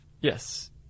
Yes